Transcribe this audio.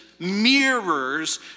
mirrors